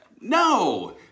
no